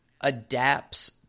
adapts